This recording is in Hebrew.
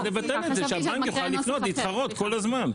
אז לבטל את זה, שהבנק יוכל להתחרות כל הזמן.